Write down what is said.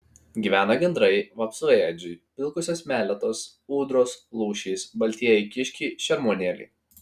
gyvena gandrai vapsvaėdžiai pilkosios meletos ūdros lūšys baltieji kiškiai šermuonėliai